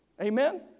Amen